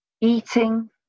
eating